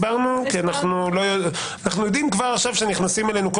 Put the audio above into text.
אנחנו יודעים שכבר עכשיו נכנסים אלינו כל